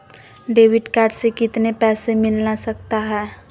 Debit card से कितने पैसे मिलना सकता हैं?